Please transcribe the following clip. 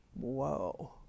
whoa